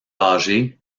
âgés